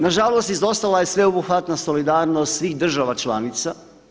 Na žalost izostala je sveobuhvatna solidarnost svih država članica.